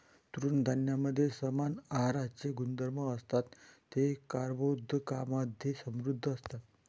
तृणधान्यांमध्ये समान आहाराचे गुणधर्म असतात, ते कर्बोदकांमधे समृद्ध असतात